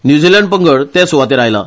न्यूझिलंड पंगड ते सुवातेर आयला